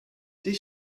this